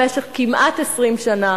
במשך כמעט 20 שנה,